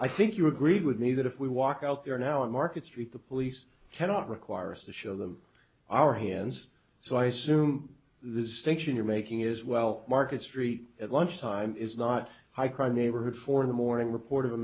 i think you agreed with me that if we walk out there now on market street the police cannot require us to show them our hands so i assume this is fiction you're making is well market street at lunchtime is not a high crime neighborhood for the morning report